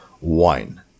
wine